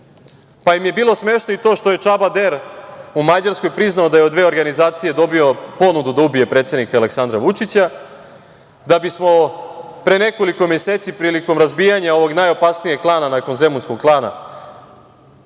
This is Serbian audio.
pa im je bilo smešno i to što je Čaba Der i Mađarskoj priznao da je od dve organizacije dobio ponudu da ubije predsednika Aleksandra Vučića, da bismo pre nekoliko meseci prilikom razbijanja ovog najopasnijeg klana, nakon Zemunskog klana,